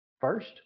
first